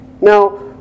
now